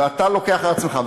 ואתה לוקח על עצמך,